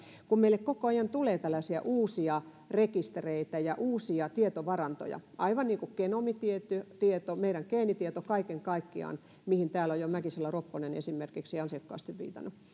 kun meille koko ajan tulee tällaisia uusia rekistereitä ja uusia tietovarantoja aivan niin kuin genomitieto meidän geenitietomme kaiken kaikkiaan mihin täällä on jo esimerkiksi mäkisalo ropponen ansiokkaasti viitannut